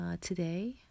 today